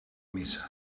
missa